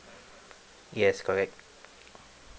yes correct